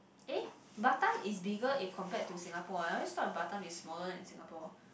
eh Batam is bigger if compared to Singapore I always thought Batam is smaller than Singapore